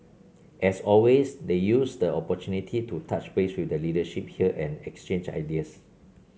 as always they used the opportunity to touch base with the leadership here and exchange ideas